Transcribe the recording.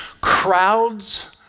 Crowds